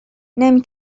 نمی